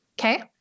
Okay